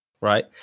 Right